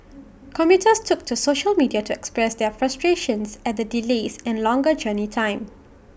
commuters took to social media to express their frustrations at the delays and longer journey time